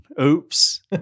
oops